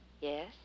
Yes